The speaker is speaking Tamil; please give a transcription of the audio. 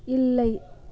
இல்லை